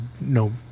No